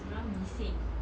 dorang bising [tau]